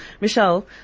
Michelle